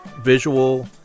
visual